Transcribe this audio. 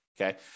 Okay